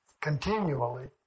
continually